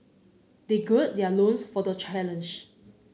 they gird their loins for the challenge